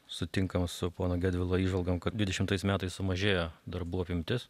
sutinkam su pono gedvilo įžvalgom kad dvidešimtais metais sumažėjo darbų apimtis